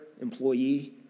employee